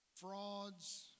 frauds